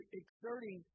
exerting